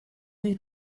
sie